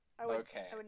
Okay